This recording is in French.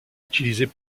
utilisés